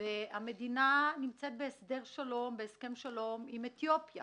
ומאחר שהמדינה נמצאת בהסכם שלום עם אתיופיה